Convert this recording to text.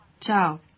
Ciao